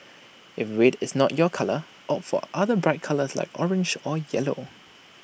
if red is not your colour opt for other bright colours like orange or yellow